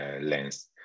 lens